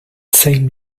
same